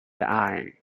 dying